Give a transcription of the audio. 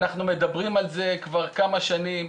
אנחנו מדברים על זה כבר כמה שנים,